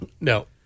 No